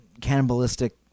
cannibalistic